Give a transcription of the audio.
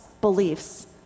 beliefs